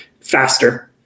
faster